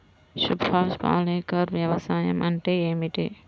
సుభాష్ పాలేకర్ వ్యవసాయం అంటే ఏమిటీ?